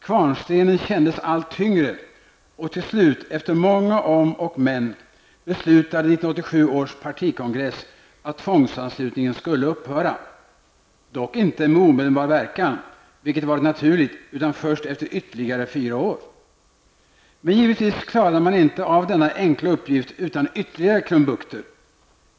Kvarnstenen kändes allt tyngre, och till slut, efter många om och men, beslutade 1987 års partikongress att tvångsanslutningen skulle upphöra -- dock inte med omedelbar verkan, vilket hade varit naturligt, utan först efter ytterligare fyra år. Men givetvis klarade man inte av denna enkla uppgift utan ytterligare krumbukter.